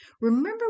Remember